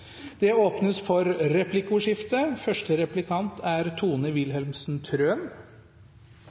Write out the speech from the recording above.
Det åpnes for replikkordskifte. Ruspasienter er